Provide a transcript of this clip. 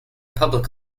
public